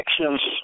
actions